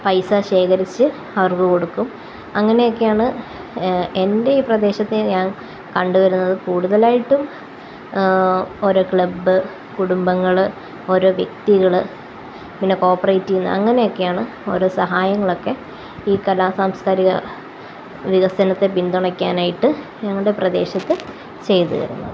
പൈസ ശേഖരിച്ച് അവര്ക്ക് കൊടുക്കും അങ്ങനെയെക്കെയാണ് എന്റെ ഈ പ്രദേശത്തെ ഞാന് കണ്ടുവരുന്നത് കൂടുതലായിട്ടും ഓരോ ക്ലബ് കുടുംബങ്ങള് ഓരോ വ്യക്തികള് പിന്നെ കോര്പ്പറേറ്റിൽ നിന്ന് അങ്ങനൊക്കെയാണ് ഓരോ സഹായങ്ങളൊക്കെ ഈ കലാസാംസ്കാരിക വികസനത്തെ പിന്തുണയ്ക്കാനായിട്ട് ഞങ്ങളുടെ പ്രദേശത്ത് ചെയ്ത് വരുന്നത്